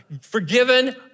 forgiven